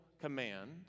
command